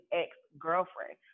ex-girlfriend